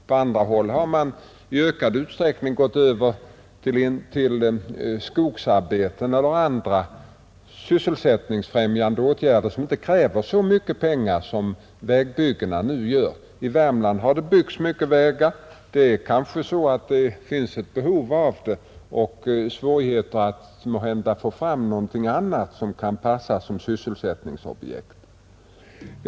På andra håll har man i ökad utsträckning gått över till skogsarbeten eller andra sysselsättningsfrämjande åtgärder som inte kräver så mycket pengar som vägbyggena nu gör. I Värmland har det alltså byggts mycket vägar, men kanske finns ett behov av det och samtidigt svårigheter att få fram något annat som kan passa som sysselsättningsobjekt.